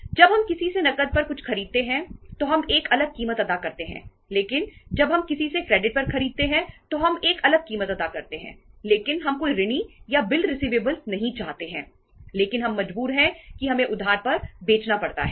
जब हम किसी से नकद पर कुछ खरीदते हैं तो हम एक अलग कीमत अदा करते हैं लेकिन जब हम किसी से क्रेडिट पर खरीदते हैं तो हम एक अलग कीमत अदा करते हैं लेकिन हम कोई ऋणी या बिल रिसिवेबल नहीं चाहते हैं लेकिन हम मजबूर है कि हमें उधार पर बेचना पड़ता है